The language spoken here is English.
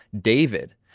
David